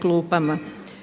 klupama.